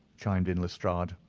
chimed in lestrade.